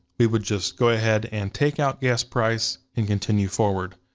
we would just go ahead and take out gas price and continue forward.